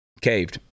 caved